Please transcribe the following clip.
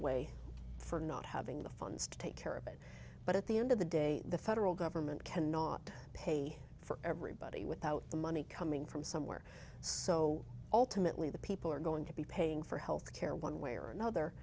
away for not having the funds to take care of it but at the end of the day the federal government cannot pay for everybody without the money coming from somewhere so ultimately the people are going to be paying for health care one way or another